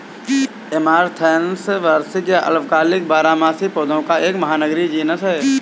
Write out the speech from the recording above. amaranthus वार्षिक या अल्पकालिक बारहमासी पौधों का एक महानगरीय जीनस है